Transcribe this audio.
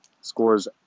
Scores